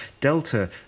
Delta